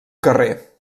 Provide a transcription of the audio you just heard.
carrer